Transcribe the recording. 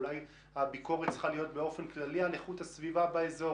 אולי הביקורת צריכה להיות באופן כללי על איכות הסביבה באזור,